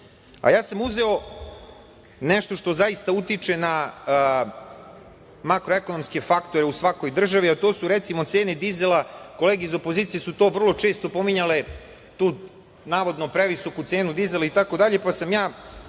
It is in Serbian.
Ja sam uzeo nešto što zaista utiče na makroekonomske faktore u svakoj državi, a to su, recimo, cene dizela. Kolege iz opozicije su to vrlo često pominjale, tu navodno previsoku cenu dizela,